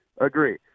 agree